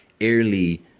early